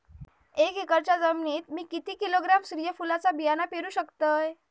एक एकरच्या जमिनीत मी किती किलोग्रॅम सूर्यफुलचा बियाणा पेरु शकतय?